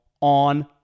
on